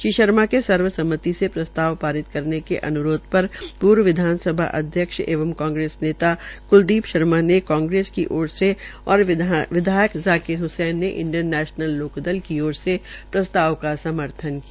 श्री शर्मा के सर्वसम्मति से प्रस्ताव पारित करने के अनुरोध पर पूर्व विधानसभा अध्यक्ष एवं कांग्रेस नेता क्लदीप शर्मा ने कांग्रेस की ओर से और विधायक जाकिर हसैन ने इंडियन लोकदल की ओर से प्रस्ताव का समर्थन किया